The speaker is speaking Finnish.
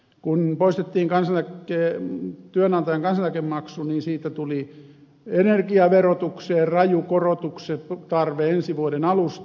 kun poistettiin työnantajan kansaneläkemaksu niin siitä tuli energiaverotukseen raju korotuksen tarve ensi vuoden alusta